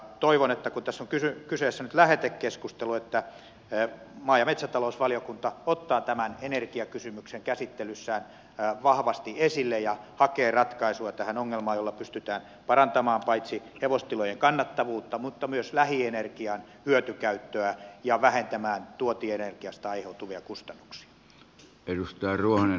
toivon kun tässä on kyseessä nyt lähetekeskustelu että maa ja metsätalousvaliokunta ottaa tämän energiakysymyksen käsittelyssään vahvasti esille ja hakee tähän ongelmaan ratkaisua jolla pystytään parantamaan paitsi hevostilojen kannattavuutta myös lähienergian hyötykäyttöä ja vähentämään tuontienergiasta aiheutuvia kustannuksia